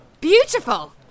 Beautiful